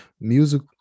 Music